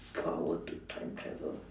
power to time travel